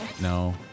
No